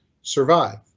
survive